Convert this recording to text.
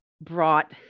brought